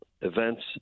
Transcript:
events